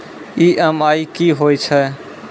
EMI कि होय छै?